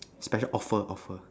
special offer offer